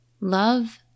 love